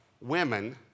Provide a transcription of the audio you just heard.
Women